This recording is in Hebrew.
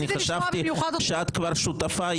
חשבתי שאת כבר שותפה,